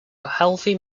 healthy